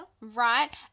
Right